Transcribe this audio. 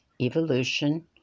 evolution